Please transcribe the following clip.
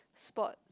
spot